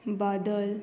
Badal